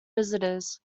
visitors